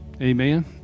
amen